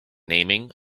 naming